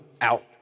out